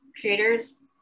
creators